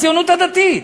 הציונות הדתית.